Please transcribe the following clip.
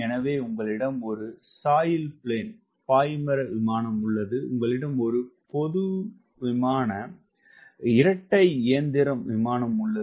எனவே உங்களிடம் ஒரு பாய்மர விமானம் உள்ளது உங்களிடம் ஒரு பொது விமான இரட்டை இயந்திர விமானம் உள்ளது